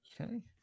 Okay